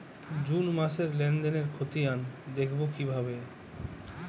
June মাসের লেনদেনের খতিয়ান দেখবো কিভাবে?